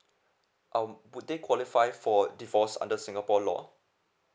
um would they qualify for divorce under singapore law